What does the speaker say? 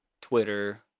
Twitter